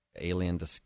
alien